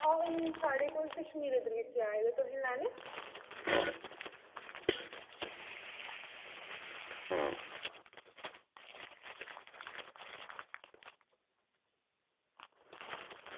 आं हून साढ़े कोल कशमीरी गलीचे आए दे तुसें लैने